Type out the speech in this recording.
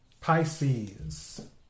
Pisces